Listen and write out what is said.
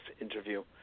interview